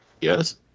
Yes